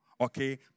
Okay